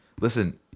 listen